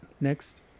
Next